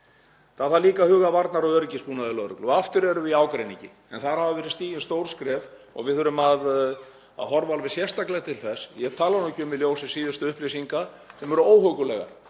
Það þarf líka að huga að varnar- og öryggisbúnaði lögreglu og aftur erum við í ágreiningi. En þar hafa verið stigin stór skref og við þurfum að horfa alveg sérstaklega til þess, ég tala nú ekki um í ljósi síðustu upplýsinga sem eru óhuggulegar